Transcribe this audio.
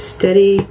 Steady